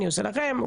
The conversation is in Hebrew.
אני עושה לכם.